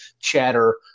chatter